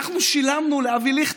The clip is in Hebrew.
אנחנו שילמנו לאבי ליכט.